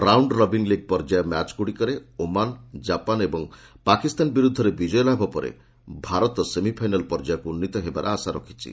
round robin league ପର୍ଯ୍ୟାୟ ମ୍ୟାଚ୍ଗୁଡ଼ିକରେ Oman Japan ଏବଂ ପାକିସ୍ତାନ ବିରୁଦ୍ଧରେ ବିଜୟ ଲାଭ ପରେ ଭାରତ ସେମିଫାଇନାଲ୍ ପର୍ଯ୍ୟାୟକୁ ଉନ୍ନୀତ ହେବାର ଆଶା ରହିଛି